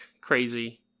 crazy